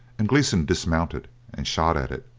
and gleeson dismounted and shot at it,